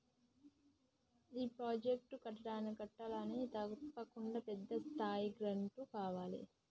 ఏ project కట్టాలన్నా తప్పకుండా పెద్ద స్థాయిలో గ్రాంటు కావాలి